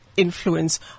Influence